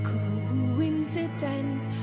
Coincidence